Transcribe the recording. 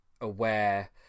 aware